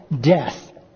death